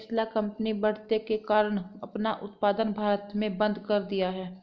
Tesla company बढ़ते करों के कारण अपना उत्पादन भारत में बंद कर दिया हैं